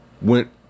went